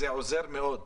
זה עוזר מאוד,